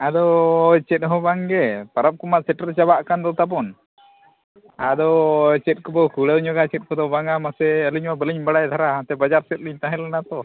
ᱟᱫᱚ ᱪᱮᱫ ᱦᱚᱸ ᱵᱟᱝ ᱜᱮ ᱯᱟᱨᱟᱵᱽ ᱠᱚ ᱛᱟᱵᱚᱱ ᱥᱮᱴᱮᱨ ᱪᱟᱵᱟᱜ ᱠᱟᱱ ᱫᱚ ᱛᱟᱵᱚᱱ ᱟᱫᱚ ᱪᱮᱫ ᱠᱚᱵᱚᱱ ᱠᱩᱲᱟᱹᱣ ᱧᱚᱜᱼᱟ ᱪᱮᱫ ᱠᱚᱰᱚ ᱵᱟᱝ ᱢᱟᱥᱮ ᱟᱹᱞᱤᱧ ᱦᱚᱸ ᱵᱟᱹᱞᱤᱧ ᱵᱟᱲᱟᱭ ᱫᱷᱟᱨᱟ ᱦᱟᱱᱛᱮ ᱵᱟᱡᱟᱨ ᱥᱮᱫ ᱞᱤᱧ ᱛᱟᱦᱮᱸ ᱞᱮᱱᱟ ᱛᱚ